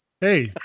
Hey